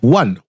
one